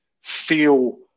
feel